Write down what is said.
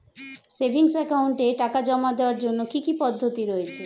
Savings একাউন্টে টাকা জমা দেওয়ার জন্য কি কি পদ্ধতি রয়েছে?